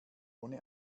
ohne